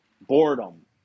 boredom